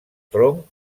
tronc